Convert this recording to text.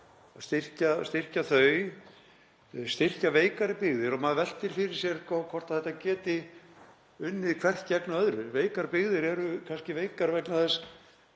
styrkja þau, styrkja veikari byggðir. Maður veltir fyrir sér hvort þetta geti unnið hvert gegn öðru. Veikar byggðir eru kannski veikar vegna þess